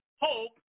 hope